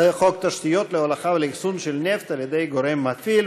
חוק תשתיות להולכה ולאחסון של נפט על-ידי גורם מפעיל,